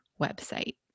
website